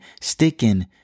sticking